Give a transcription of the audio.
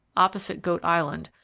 opposite goat island,